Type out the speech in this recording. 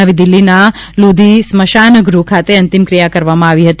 નવી દિલ્હીના લોધી સ્મશાનગ્રહ ખાતે અંતિમ ક્રિયા કરવામાં આવી હતી